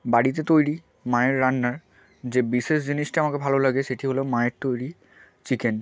বাড়িতে তৈরি মায়ের রান্নার যে বিশেষ জিনিসটা আমাকে ভালো লাগে সেটি হলো মায়ের তৈরি চিকেন